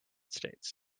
states